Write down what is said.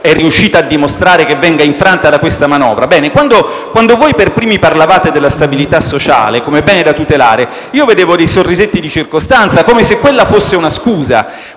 è riuscita a dimostrare venga infranta da questa manovra; ebbene, quando voi per primi parlavate della stabilità sociale come bene da tutelare, io vedevo dei sorrisetti di circostanza, come se quella fosse una scusa.